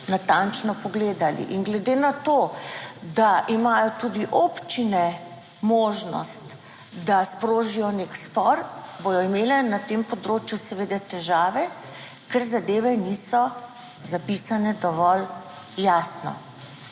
natančno pogledali. In glede na to, da imajo tudi občine možnost, da sprožijo nek spor, bodo imele na tem področju seveda težave, ker zadeve niso zapisane dovolj jasno.